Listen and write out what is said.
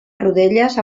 rodelles